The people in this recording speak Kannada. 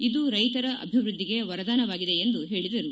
ಇದು ರೈತರ ಅಭಿವೃದ್ಧಿಗೆ ವರದಾನವಾಗಿದೆ ಎಂದು ಹೇಳದರು